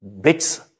bits